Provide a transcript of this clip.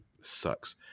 Sucks